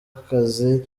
akazi